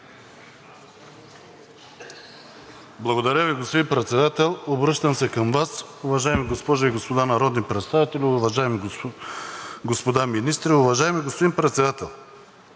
Благодаря Ви, господин Председател. Обръщам се към Вас, уважаеми госпожи и господа народни представители, уважаеми господа министри! Уважаеми господин Председател,